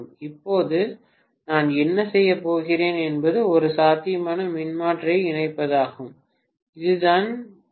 இப்போது நான் என்ன செய்யப் போகிறேன் என்பது ஒரு சாத்தியமான மின்மாற்றியை இணைப்பதாகும் இதை நான் பி